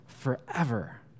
forever